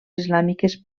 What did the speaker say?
islàmiques